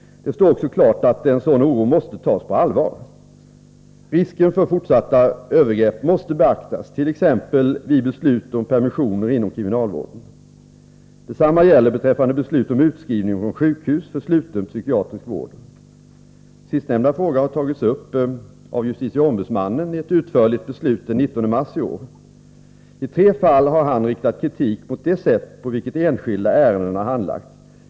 Det står klart att en sådan oro måste tas på allvar. Risken för fortsatta övergrepp måste beaktas, t.ex. vid beslut om permissioner inom kriminalvården. Detsamma gäller beträffande beslut om utskrivning från sjukhus för sluten psykiatrisk vård. Sistnämnda fråga har tagits upp av JO i ett utförligt beslut den 19 mars i år. I tre fall har han riktat kritik mot det sätt på vilket enskilda ärenden har handlagts.